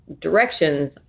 directions